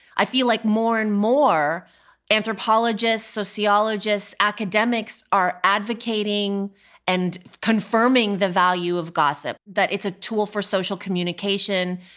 i feel like more and more anthropologists, sociologists, academics are advocating and confirming the value of gossip that it's a tool for social communication.